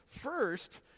First